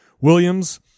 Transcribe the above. Williams